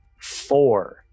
four